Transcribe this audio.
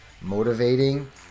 motivating